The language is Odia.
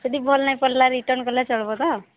ଯଦି ଭଲ ନାଇଁ ପଡ଼ିଲା ରିଟର୍ନ କଲେ ଚଳିବ ତ